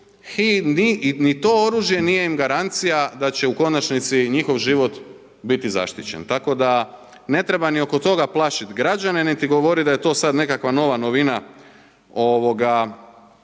i ni to oružje nije im garancija da će u konačnici biti zaštićen. Tako da ne treba niti oko toga plašiti građane niti govoriti da je to sad nekakva nova novina